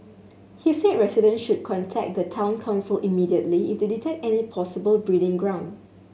he said residents should contact the Town Council immediately if they detect any possible breeding ground